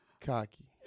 cocky